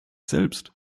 selbst